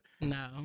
no